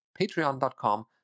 patreon.com